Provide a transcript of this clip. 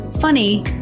funny